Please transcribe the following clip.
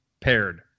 paired